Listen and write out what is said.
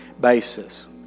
basis